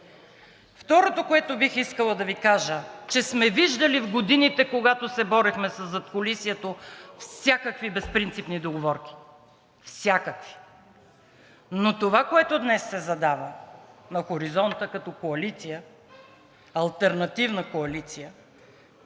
Второто, което бих искала да Ви кажа, е, че сме виждали в годините, когато се борихме със задкулисието, всякакви безпринципни договорки, всякакви. Но това, което днес се задава на хоризонта като коалиция, алтернативна коалиция,